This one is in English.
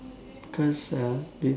because uh